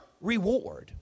reward